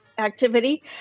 activity